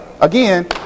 Again